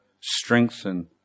strengthen